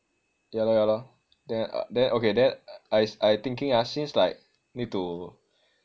yah lor yah lor then uh then okay then I I thinking ah since like need to